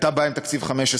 הייתה בעיה עם תקציב 15',